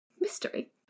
Mystery